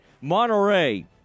Monterey